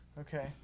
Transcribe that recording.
Okay